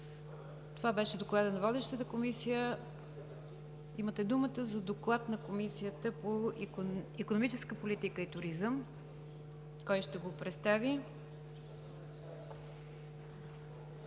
Това беше докладът на водещата комисия. Имате думата за доклад на Комисията по икономическа политика и туризъм. Заповядайте.